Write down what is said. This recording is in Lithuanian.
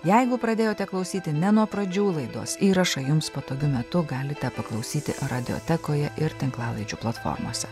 jeigu pradėjote klausyti ne nuo pradžių laidos įrašą jums patogiu metu galite paklausyti radiotekoje ir tinklalaidžių platformose